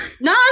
No